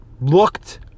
looked